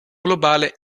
globale